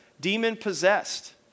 demon-possessed